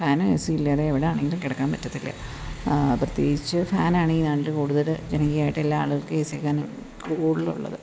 ഫാനും എ സിയുമില്ലാതെ എവിടെ ആണെങ്കിലും കിടക്കാൻ പറ്റത്തില്ല പ്രത്യേകിച്ചു ഫാനാണെങ്കിൽ ഞങ്ങൾക്ക് കൂടുതൽ ജനകീയമായിട്ട് എല്ലാ ആളുകൾക്കും ഏസിയിലാണ് കൂടുതലും ഉള്ളത്